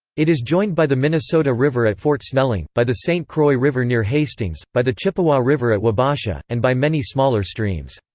it is joined by the minnesota river at fort snelling, by the st. croix river near hastings, by the chippewa river at wabasha, and by many smaller streams.